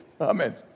Amen